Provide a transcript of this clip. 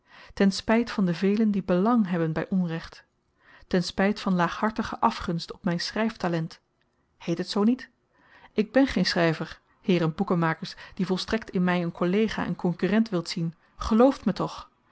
ten spyt van de velen die belang hebben by onrecht ten spyt van laaghartige afgunst op m'n schryftalent heet het zoo niet ik ben geen schryver heeren boekenmakers die volstrekt in my een kollega en konkurrent wilt zien gelooft me toch